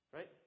Right